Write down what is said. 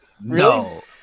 No